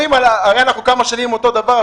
הרי כבר כמה שנים קורה אותו הדבר,